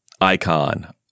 icon